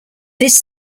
this